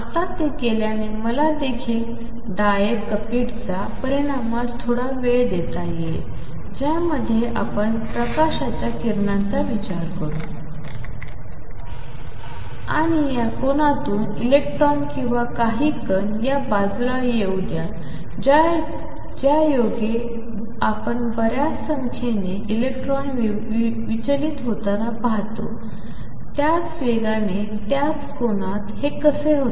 आता ते केल्याने मला देखील डायक कपिट्झा परिणामास थोडा वेळ देता येईल ज्यामध्ये आपण प्रकाशाच्या किरणांचा विचार करू आणि या कोनातून इलेक्ट्रॉन किंवा काही कण या बाजूला येऊ द्या ज्यायोगे आपण बर्याच संख्येने इलेक्ट्रॉन विचलित होताना पाहतो त्याच वेगाने त्याच कोनात हे कसे होते